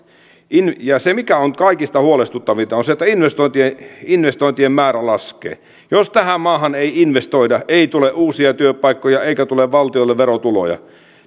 ja se mikä on kaikista huolestuttavinta on se että investointien määrä laskee jos tähän maahan ei investoida ei tule uusia työpaikkoja eikä tule valtiolle verotuloja